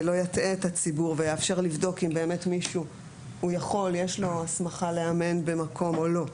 לא יטעה את הציבור ויאפשר לבדוק האם לאדם יש הסמכה לאמן במקום או לא.